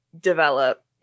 develop